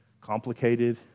complicated